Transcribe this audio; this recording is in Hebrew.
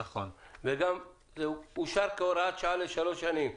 וגם אושר כהוראת שעה של שלוש שנים.